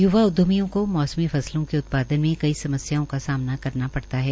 य्वा उद्यमियों को मौसमी फसलों के उत्पादन में कई समस्याओं का सामना करना पड़ता है